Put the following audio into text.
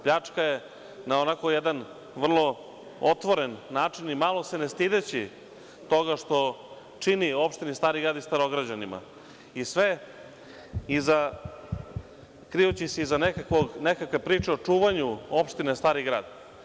Pljačka je na onako jedan vrlo otvoren način i ni malo se ne stideći toga što čini opštini Stari grad i Starograđanima i sve krijući se iza nekakve priče o čuvanju opštine Stari grad.